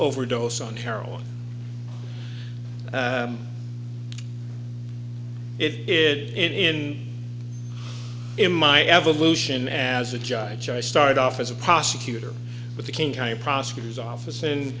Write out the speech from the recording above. overdose on heroin it in in my evolution as a judge i started off as a prosecutor with the king county prosecutor's office and